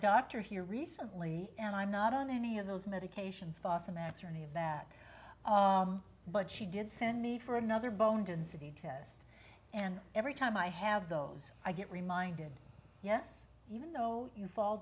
doctor here recently and i'm not on any of those medications fosamax or any of that but she did send me for another bone density test and every time i have those i get reminded yes even though you fall